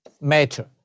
matter